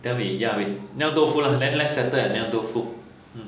then we ya we 酿豆腐 let's settle at 酿豆腐